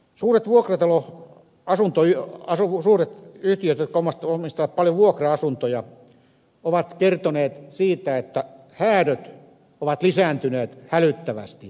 suuret yhtiöt jotka omistavat paljon vuokra asuntoja ovat kertoneet siitä että häädöt ovat lisääntyneet hälyttävästi